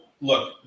look